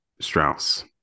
Strauss